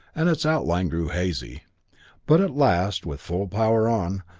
and its outline grew hazy but at last, with full power on,